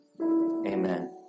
Amen